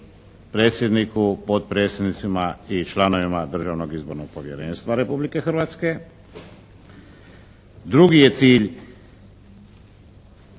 predsjedniku, potpredsjednicima i članovima Državnog izbornog povjerenstva Republike Hrvatske. Drugi je cilj